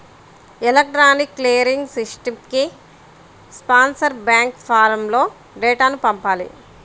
electronic clearing సిస్టమ్కి sponsor bank ఫారమ్లో డేటాను పంపాలి